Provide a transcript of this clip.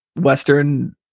Western